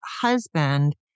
husband